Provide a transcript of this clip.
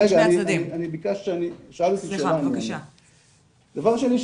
דבר שני,